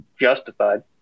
justified